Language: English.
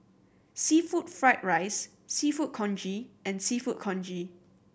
seafood fried rice Seafood Congee and Seafood Congee